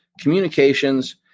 communications